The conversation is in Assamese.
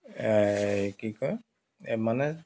কি কয় মানে